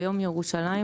ביום ירושלים,